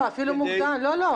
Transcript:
לא, מוקדם יותר.